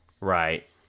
Right